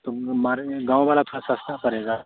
तो म हमारे गाँव वाला थोड़ा सस्ता पड़ेगा